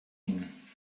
ihnen